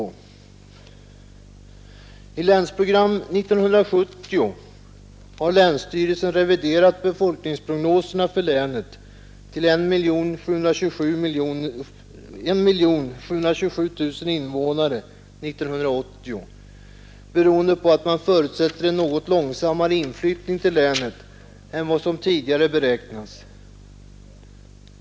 I Länsprogram 70 har länsstyrelsen reviderat befolkningsprognoserna för länet till I 727 000 invånare år 1980, beroende på att man förutsätter en något långsammare inflyttning till länet än vad som tidigare beräknats.